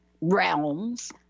realms